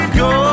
go